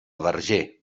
verger